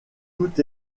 tout